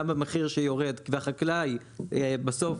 גם במחיר שיורד והחקלאי בסוף